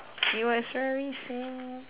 it was very sad